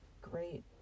great